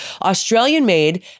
Australian-made